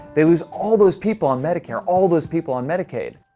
they lose all those people on medicare all those people on medicaid.